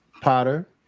Potter